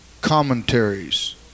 commentaries